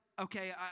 Okay